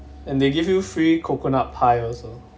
and they give you free coconut pie also